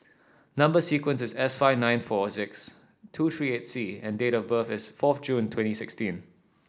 number sequence is S five nine four six two three eight C and date of birth is fourth June twenty sixteen